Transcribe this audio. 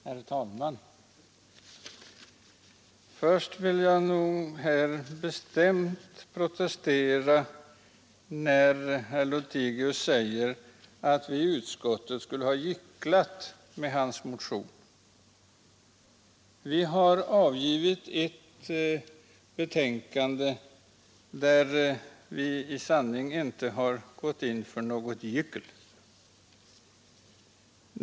Herr talman! Först vill jag bestämt protestera, när herr Lothigius här säger att vi i utskottet skulle ha gycklat med hans motion. Vi har avgivit ett betänkande där vi i sanning inte har gått in för något gyckel.